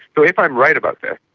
so if i'm right about this,